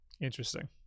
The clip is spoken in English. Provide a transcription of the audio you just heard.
Interesting